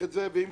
ואם כן,